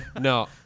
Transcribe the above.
No